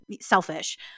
selfish